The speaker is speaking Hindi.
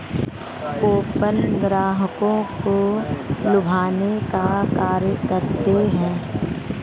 कूपन ग्राहकों को लुभाने का कार्य करते हैं